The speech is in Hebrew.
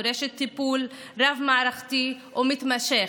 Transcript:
דורשת טיפול רב-מערכתי ומתמשך.